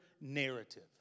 narrative